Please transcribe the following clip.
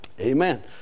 Amen